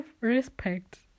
respect